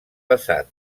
vessant